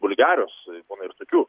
vulgarios būna ir tokių